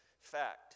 fact